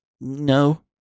No